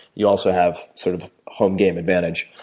you also have sort of home game advantage.